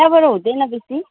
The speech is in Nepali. त्यहाँबाट हुँदैन बेसी